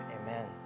Amen